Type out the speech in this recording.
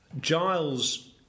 Giles